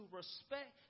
respect